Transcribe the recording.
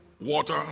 water